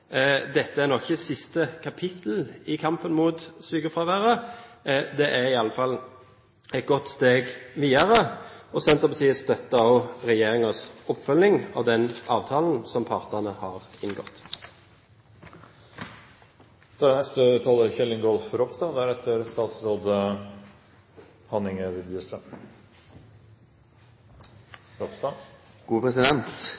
Dette er nok ikke siste kapittel i kampen mot sykefraværet. Det er i alle fall et godt steg videre, og Senterpartiet støtter også regjeringens oppfølging av den avtalen som partene har inngått. Dette er